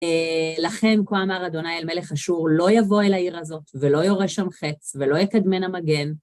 לכם, כמו אמר אדוני אל מלך אשור, לא יבוא אל העיר הזאת ולא יורה שם חץ ולא יקדמנה מגן.